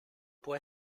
può